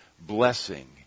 blessing